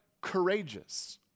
courageous